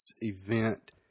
event